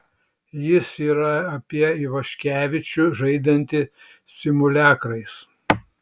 jis yra apie ivaškevičių žaidžiantį simuliakrais